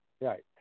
Right